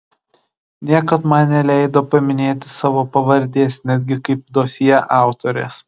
niekad man neleido paminėti savo pavardės netgi kaip dosjė autorės